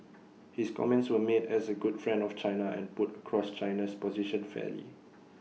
his comments were made as A good friend of China and put across China's position fairly